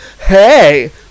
hey